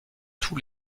tous